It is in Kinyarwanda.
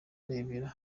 arebera